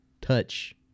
touch